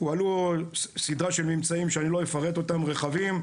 הועלו סדרה של ממצאים שאני לא אפרט אותם, רחבים.